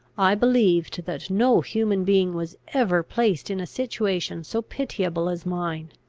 i believed that no human being was ever placed in a situation so pitiable as mine.